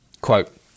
Quote